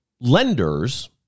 lenders